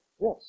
Yes